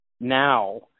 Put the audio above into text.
now